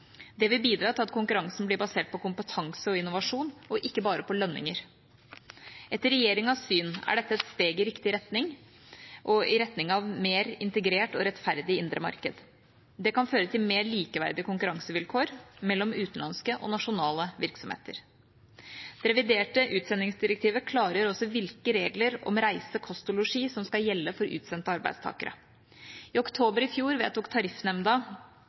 Det vil bidra til at konkurransen blir basert på kompetanse og innovasjon, ikke bare på lønninger. Etter regjeringas syn er dette et steg i riktig retning, i retning av et mer integrert og rettferdig indre marked. Det kan føre til mer likeverdige konkurransevilkår mellom utenlandske og nasjonale virksomheter. Det reviderte utsendingsdirektivet klargjør også hvilke regler om reise, kost og losji som skal gjelde for utsendte arbeidstakere. I oktober i fjor vedtok Tariffnemnda